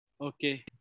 Okay